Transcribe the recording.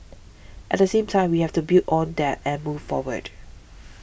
at the same time we have to build on that and move forward